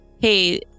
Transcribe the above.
hey